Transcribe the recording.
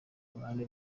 ruhande